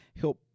help